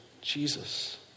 Jesus